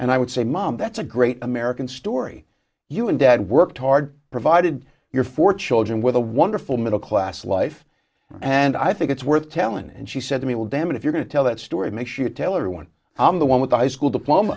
and i would say mom that's a great american story you and dad worked hard provided your four children with a wonderful middle class life and i think it's worth telling and she said to me will damage if you're going to tell that story makes you tell everyone i'm the one with a high school diploma